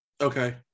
Okay